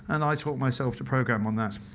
and i taught myself to program on that.